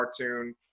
cartoon